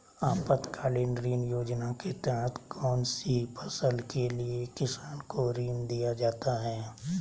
आपातकालीन ऋण योजना के तहत कौन सी फसल के लिए किसान को ऋण दीया जाता है?